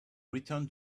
returned